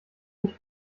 sich